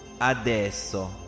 adesso